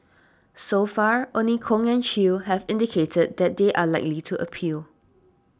so far only Kong and Chew have indicated that they are likely to appeal